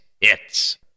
Hits